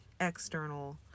external